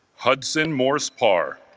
hudson moore spar